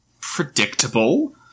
predictable